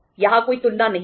यहां कोई तुलना नहीं है